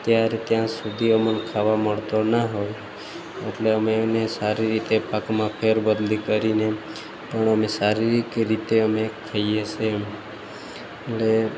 ત્યારે ત્યાં સુધી અમને ખાવા મળતું ના હોય એટલે અમે એને સારી રીતે પાકમાં ફેર બદલી કરીને પણ અમે શારીરિક રીતે અમે ખાઈએ છીએ એમ એટલે